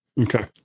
Okay